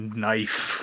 knife